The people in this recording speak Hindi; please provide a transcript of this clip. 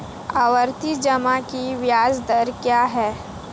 आवर्ती जमा की ब्याज दर क्या है?